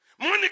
Money